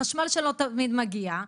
החשמל שלא תמיד מגיע,